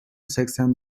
seksen